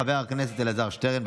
חבר הכנסת אלעזר שטרן,